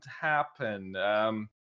happen